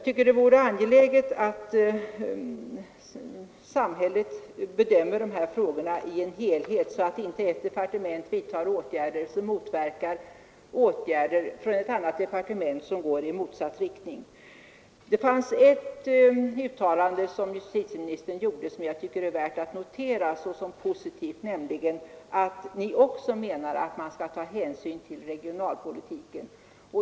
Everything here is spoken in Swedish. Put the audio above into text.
Det är angeläget att samhället bedömer dessa frågor som en helhet så att inte ett departement vidtar åtgärder som motverkar åtgärder vidtagna av ett annat departement. Ett uttalande som justitieministern gjorde är värt att notera som positivt, nämligen att Ni också menar att man skall ta hänsyn till regionalpolitiken.